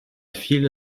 file